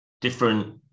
different